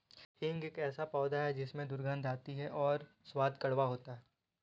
हींग एक ऐसा पौधा है जिसमें दुर्गंध आती है और स्वाद कड़वा होता है